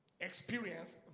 experience